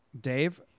Dave